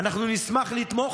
אנחנו נשמח לתמוך,